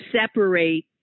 separate